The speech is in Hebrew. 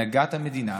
הנהגת המדינה,